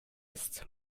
ist